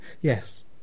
Yes